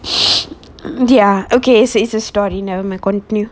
ya okay so it's a story okay nevermind continue